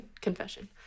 Confession